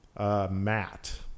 Matt